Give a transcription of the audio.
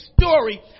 story